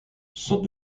sans